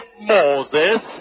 Moses